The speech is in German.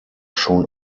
schon